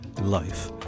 life